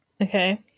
Okay